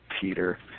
Peter